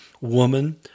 woman